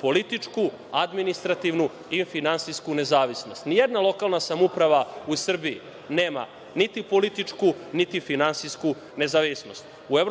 političku, administrativnu i finansijsku nezavisnost. Ni jedna lokalna samouprava u Srbiji nema niti političku, niti finansijsku nezavisnost. U EU